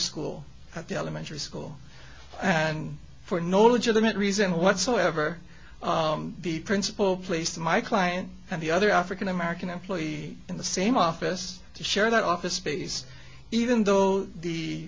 school at the elementary school and for no legitimate reason whatsoever the principal place to my client and the other african american employee in the same office to share that office space even th